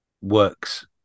works